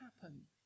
happen